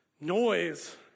Noise